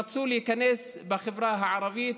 רצו להיכנס בחברה הערבית,